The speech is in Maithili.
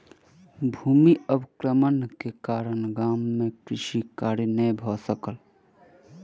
भूमि अवक्रमण के कारण गाम मे कृषि कार्य नै भ सकल